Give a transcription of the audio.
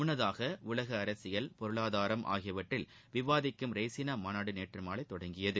முன்னதாக உலக அரசியல்பொருளாதாரம் ஆகியவற்றில் விவாதிக்கும் ரெய்சினா மாநாடு நேற்று மாலை தொடங்கியது